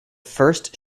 first